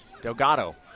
Delgado